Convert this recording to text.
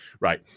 Right